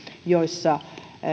joissa